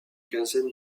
quinzaine